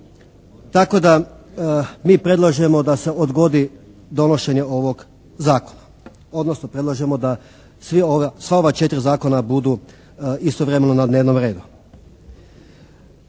tako da mi predlažemo da se odgodi donošenje ovog zakona, odnosno predlažemo da sva ova četiri zakona budu istovremeno na dnevnom redu.